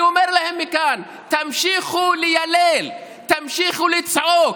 אני אומר להם מכאן: תמשיכו ליילל, תמשיך לצעוק.